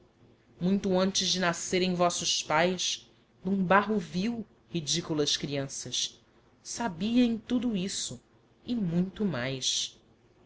muito antes de nascerem vossos paes d'um barro vil ridiculas crianças sabia em tudo isso e muito mais